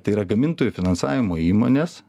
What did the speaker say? tai yra gamintojų finansavimo įmonės